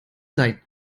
sein